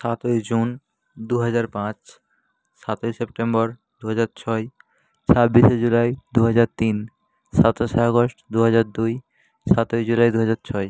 সাতই জুন দু হাজার পাঁচ সাতই সেপ্টেম্বর দু হাজার ছয় ছাব্বিশে জুলাই দু হাজার তিন সাতাশে আগস্ট দু হাজার দুই সাতই জুলাই দু হাজার ছয়